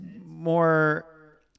more